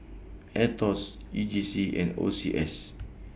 Aetos E J C and O C S